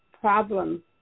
problem